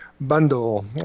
bundle